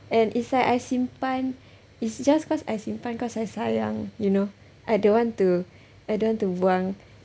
and it's like I simpan it's just cause I simpan cause I sayang you know I don't want to I don't want to buang